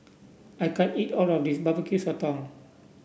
I can't eat all of this Barbecue Sotong